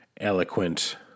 eloquent